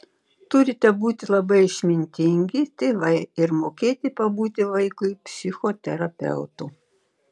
turite būti labai išmintingi tėvai ir mokėti pabūti vaikui psichoterapeutu